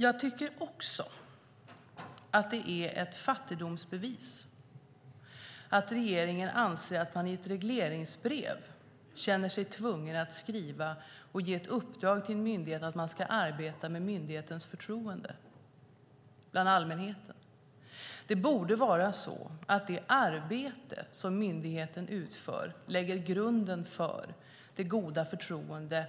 Jag tycker också att det är ett fattigdomsbevis att regeringen i ett regleringsbrev känner sig tvungen att ge i uppdrag åt en myndighet att arbeta med myndighetens förtroende hos allmänheten. Det borde vara så att det arbete som myndigheten utför lägger grunden för det goda förtroendet